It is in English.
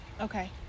okay